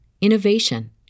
innovation